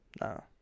No